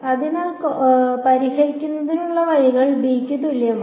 അതിനാൽ കോടാലി പരിഹരിക്കുന്നതിനുള്ള വഴികൾ ബി തുല്യമാണ്